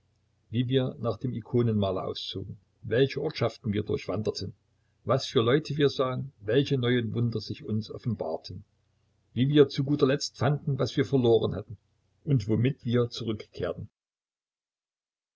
wie wir nach dem ikonenmaler auszogen welche ortschaften wir durchwanderten was für leute wir sahen welche neue wunder sich uns offenbarten wie wir zuguterletzt fanden was wir verloren hatten und womit wir zurückkehrten